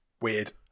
weird